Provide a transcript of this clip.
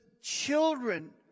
children